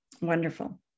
wonderful